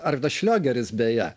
arvydas šliogeris beje